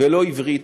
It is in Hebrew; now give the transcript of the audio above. ולא עברית.